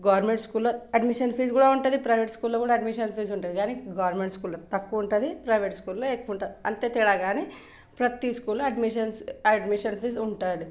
government school లో admission fee కూడా ఉంటుంది ప్రైవేట్ స్కూల్ లో కూడా అడ్మిషన్ ఫీజు ఉంటుంది కానీ గవర్నమెంట్ స్కూల్ లో తక్కువ ఉంటుంది ప్రైవేట్ స్కూల్ లో ఎక్కువ ఉంటుంది అంతే తేడా కానీ ప్రతి స్కూల్ లో అడ్మిషన్స్ అడ్మిషన్ ఫీజు ఉంటుంది